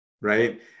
right